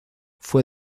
fue